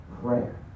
prayer